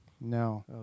no